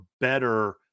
better